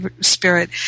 Spirit